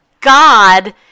God